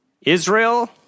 Israel